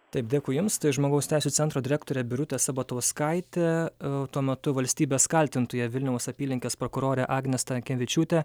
taip dėkui jums tai žmogaus teisių centro direktorė birutė sabatauskaitė tuo metu valstybės kaltintoja vilniaus apylinkės prokurorė agnė stankevičiūtė